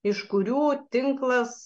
iš kurių tinklas